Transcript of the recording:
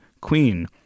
Queen